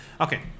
Okay